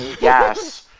Yes